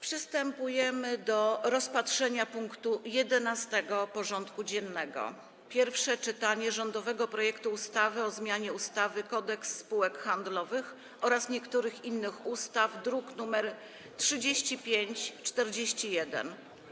Przystępujemy do rozpatrzenia punktu 11. porządku dziennego: Pierwsze czytanie rządowego projektu ustawy o zmianie ustawy Kodeks spółek handlowych oraz niektórych innych ustaw (druk nr 3541)